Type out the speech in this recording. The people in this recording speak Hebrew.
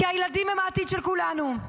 כי הילדים הם העתיד של כולנו.